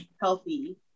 healthy